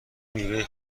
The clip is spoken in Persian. میوه